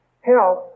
Health